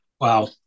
Wow